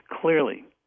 clearly